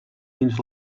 dins